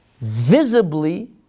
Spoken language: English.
visibly